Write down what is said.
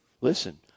Listen